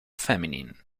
feminine